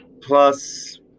plus